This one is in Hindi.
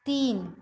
तीन